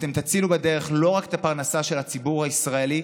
אתם תצילו בדרך לא רק את הפרנסה של הציבור הישראלי,